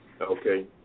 Okay